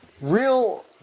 real